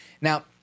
Now